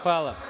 Hvala.